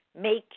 make